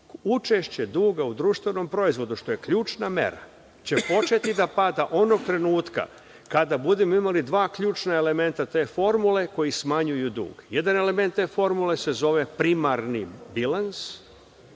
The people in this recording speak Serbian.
učešće duga u društvenom proizvodu, što je ključna mera, će početi da pada onog trenutka kada budemo imali dva ključna elementa te formule koji smanjuju dug. Jedan element te formule se zove primarni bilans,